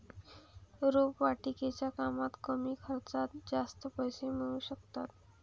रोपवाटिकेच्या कामात कमी खर्चात जास्त पैसे मिळू शकतात